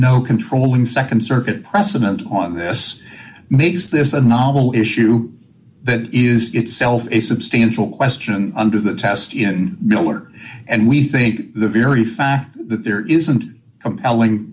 no can rowling nd circuit precedent on this makes this a novel issue that is itself a substantial question under the test in miller and we think that the very fact that there isn't elling